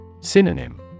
Synonym